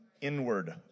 inward